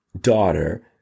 daughter